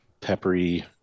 peppery